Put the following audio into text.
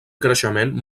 creixement